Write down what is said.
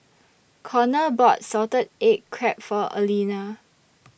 Konner bought Salted Egg Crab For Alina